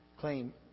claim